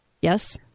Yes